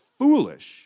Foolish